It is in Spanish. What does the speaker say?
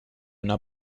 una